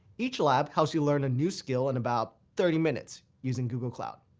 each lab helps you learn a new skill in about thirty minutes using google cloud.